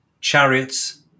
chariots